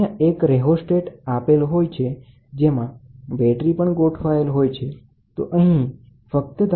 અન્ય એક રેહોસ્ટેટ આપેલ હોય છે જેમાં તમે બેટરીની ગોઠવણ કરો પછી તે તેના માટે વપરાય છે